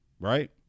right